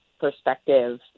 perspective